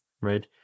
right